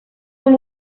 con